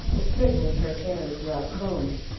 but certainly her hair is well combed.